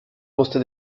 musste